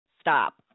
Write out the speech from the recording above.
stop